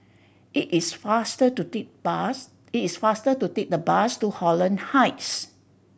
it is faster to take bus it is faster to take the bus to Holland Heights